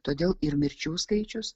todėl ir mirčių skaičius